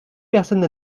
personne